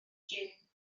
jin